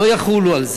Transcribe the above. לא יחולו.